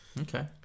Okay